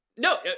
No